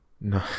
No